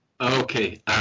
Okay